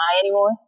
anymore